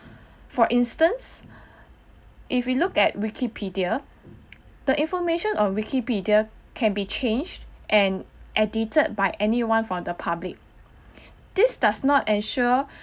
for instance if we look at wikipedia the information on wikipedia can be changed and edited by anyone from the public this does not ensure